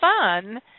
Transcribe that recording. fun